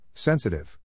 Sensitive